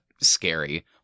scary